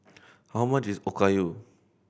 how much is Okayu